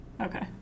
Okay